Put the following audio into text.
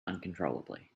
uncontrollably